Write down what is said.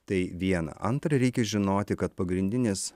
tai viena antra reikia žinoti kad pagrindinis